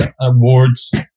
awards